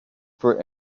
for